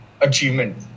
achievement